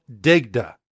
digda